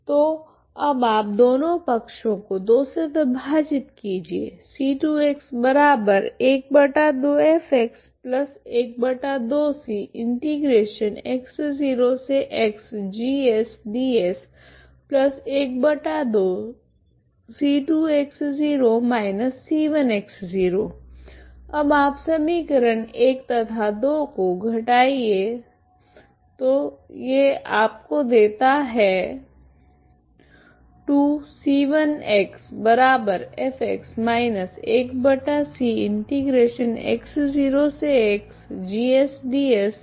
तो अब आप दोनों पक्षों को 2 से विभाजित कीजिए अब आप समी तथा को घटाइए देता है आप को प्राप्त होता है